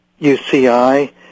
UCI